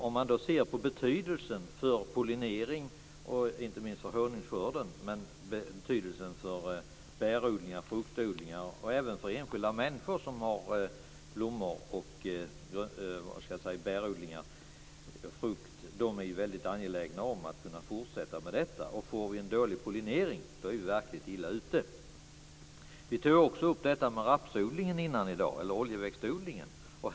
De har betydelse för pollinering och inte minst för honungsskörden, för bärodlingar, fruktodlingar och även för enskilda människor som har blommor och bärodlingar. Man är väldigt angelägen om att kunna fortsätta med detta. Får vi en dålig pollinering är vi verkligt illa ute. Vi tog också upp detta med oljeväxtodlingen tidigare i dag.